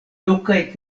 lokaj